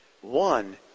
One